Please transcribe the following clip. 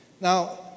Now